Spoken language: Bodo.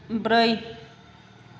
ब्रै